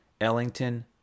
Ellington